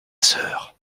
sœur